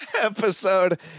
episode